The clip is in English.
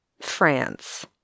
France